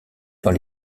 dans